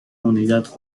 unidad